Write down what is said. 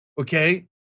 okay